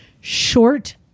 short